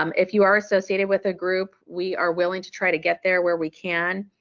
um if you are associated with a group, we are willing to try to get there where we can.